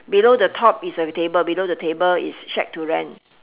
below the top is a table below the table is shack to rent